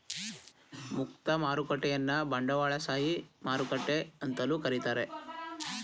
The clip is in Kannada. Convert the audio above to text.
ಮುಕ್ತ ಮಾರುಕಟ್ಟೆಯನ್ನ ಬಂಡವಾಳಶಾಹಿ ಮಾರುಕಟ್ಟೆ ಅಂತಲೂ ಕರೀತಾರೆ